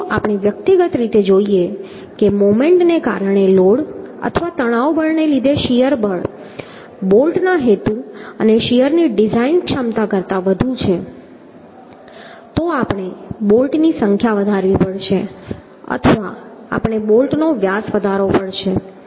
તેથી જો આપણે વ્યક્તિગત રીતે જોઈએ કે મોમેન્ટને કારણે લોડ અથવા તણાવ બળને લીધે શીયર બળ બોલ્ટના હેતુ અને શીયરની ડિઝાઇન ક્ષમતા કરતા વધુ છે તો આપણે બોલ્ટની સંખ્યા વધારવી પડશે અથવા આપણે બોલ્ટનો વ્યાસ વધારવો પડશે